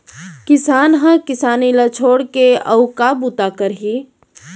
किसान ह किसानी ल छोड़ के अउ का बूता करही